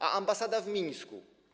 A ambasada w Mińsku?